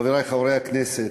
חברי חברי הכנסת,